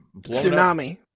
tsunami